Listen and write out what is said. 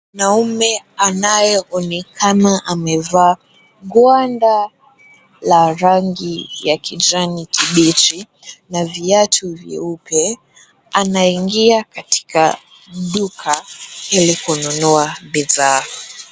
Mwanaume anayeonekana amevaa gwanda la rangi ya kijani kibichi na viatu vyeupe, anaingia kenye duka ili kununua bidhaa.